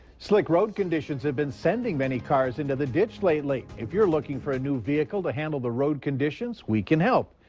slick road conditions have been sending many cars into the ditch lately. if you are looking for a new vehicle to handle the road conditions we can help.